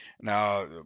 Now